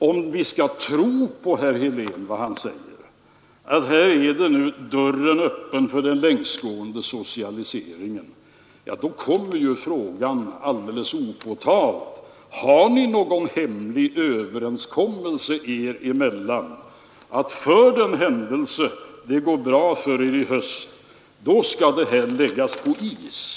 Om vi skall tro på vad herr Helén säger, att dörren nu är öppen för en långtgående socialisering, kommer ju frågan alldeles opåtalat: Har ni någon hemlig överenskommelse er mellan om att för den händelse det går bra för er i höst skall förslaget läggas på is?